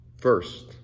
First